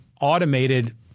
automated